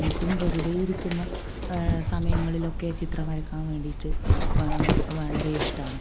എനിക്കും വെറുതേ ഇരിക്കുന്ന സമയങ്ങളിലൊക്കെ ചിത്രം വരയ്ക്കാൻ വേണ്ടിട്ട് വളരെ ഇഷ്ടമാണ്